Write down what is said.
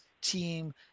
team